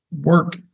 work